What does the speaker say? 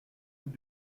vous